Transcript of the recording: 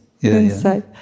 inside